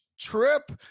trip